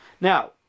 Now